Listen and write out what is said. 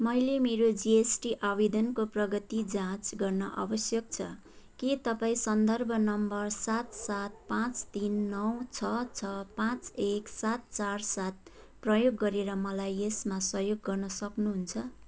मैले मेरो जिएसटी आवेदनको प्रगति जाँच गर्न आवश्यक छ के तपाईँ सन्दर्भ नम्बर सात सात पाँच तिन नौ छ छ पाँच एक सात चार सात प्रयोग गरेर मलाई यसमा सहयोग गर्न सक्नुहुन्छ